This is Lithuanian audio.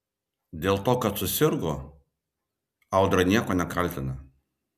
dėl to kad susirgo audra nieko nekaltina